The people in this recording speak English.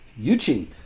Yuchi